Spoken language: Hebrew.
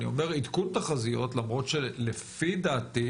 אני אומר עדכון תחזיות למרות שלפי דעתי